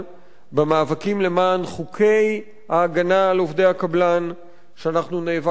במאבקים למען חוקי ההגנה על עובדי הקבלן שאנחנו נאבקנו עליהם,